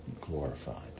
glorified